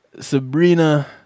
Sabrina